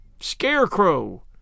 Scarecrow